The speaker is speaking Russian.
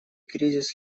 кризис